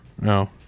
no